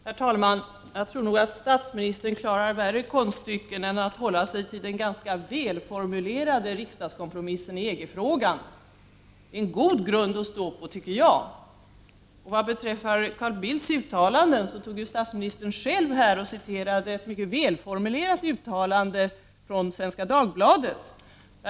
Herr talman! Jag tror nog att statsministern klarar värre konststycken än att hålla sig till den ganska välformulerade riksdagskompromissen i EG-frågan, vilket jag anser är en god grund att stå på. Vad beträffar Carl Bildts uttalanden citerade statsministern själv här ett mycket välformulerat uttalande från Svenska Dagbladet av Carl Bildt.